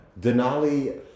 Denali